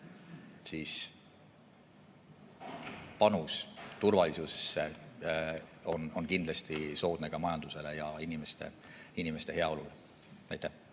panus turvalisusesse on kindlasti soodne ka majandusele ja inimeste heaolule. Anti